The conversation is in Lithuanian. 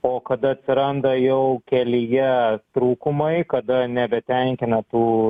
o kada atsiranda jau kelyje trūkumai kada nebetenkina tų